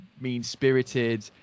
mean-spirited